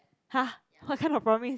!huh! what kind of promise